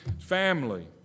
family